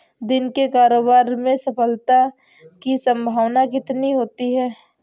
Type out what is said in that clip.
दिन के कारोबार में सफलता की संभावना कितनी होती है?